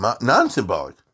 non-symbolic